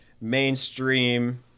mainstream